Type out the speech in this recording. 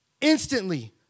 instantly